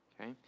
okay